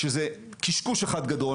שזה קשקוש אחד גדול,